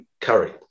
curry